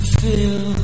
feel